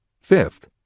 Fifth